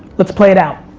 let's play it out.